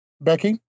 Becky